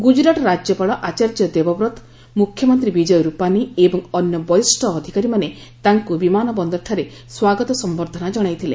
ଗୁଜରାଟ ରାଜ୍ୟପାଳ ଆଚାର୍ଯ୍ୟ ଦେବବ୍ରତ ମୁଖ୍ୟମନ୍ତ୍ରୀ ବିକୟ ରୂପାନୀ ଏବଂ ଅନ୍ୟ ବରିଷ୍ଣ ଅଧିକାରୀମାନେ ତାଙ୍କୁ ବିମାନ ବନ୍ଦରଠାରେ ସ୍ୱାଗତ ସମ୍ବର୍ଦ୍ଧନା ଜଣାଇଥିଲେ